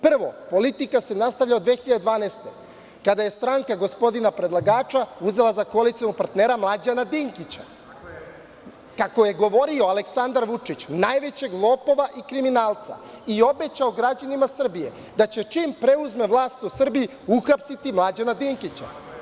Prvo, politika se nastavlja od 2012. godine, kada je stranka gospodina predlagača uzela za koalicionog partnera Mlađana Dinkića, kako je govorio Aleksandar Vučić, najvećeg lopova i kriminalca, i obećao građanima Srbije da će čim preuzme vlast u Srbiji uhapsiti Mlađana Dinkića.